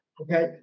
Okay